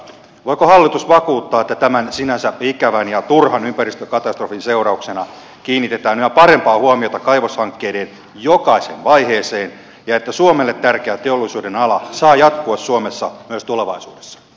voiko hallitus vakuuttaa että tämän sinänsä ikävän ja turhan ympäristökatastrofin seurauksena kiinnitetään yhä parempaa huomiota kaivoshankkeiden jokaiseen vaiheeseen ja että suomelle tärkeä teollisuuden ala saa jatkua suomessa myös tulevaisuudessa